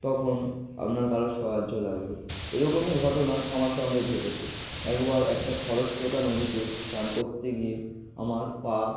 তখন আপনার কারোর সাহায্য লাগবে এরকমই ঘটনা আমার সঙ্গে ঘটেছে একবার একটা খরস্রোতা নদীতে স্নান করতে গিয়ে আমার পা